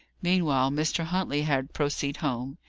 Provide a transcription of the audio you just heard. meanwhile mr. huntley had proceed home.